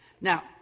Now